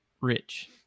rich